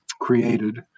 created